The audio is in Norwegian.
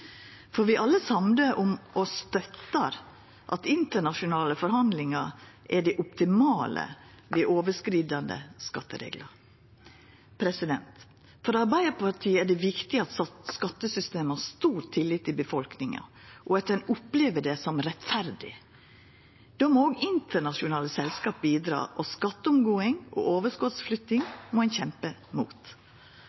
Vi er alle samde om og støttar at internasjonale forhandlingar er det optimale ved overskridande skattereglar. For Arbeidarpartiet er det viktig at skattesystemet har stor tillit i befolkninga, og at ein opplever det som rettferdig. Då må òg internasjonale selskap bidra, og skatteomgåing og overskotsflytting